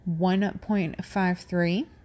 1.53